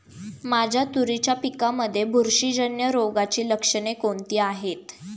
माझ्या तुरीच्या पिकामध्ये बुरशीजन्य रोगाची लक्षणे कोणती आहेत?